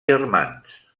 germans